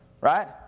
right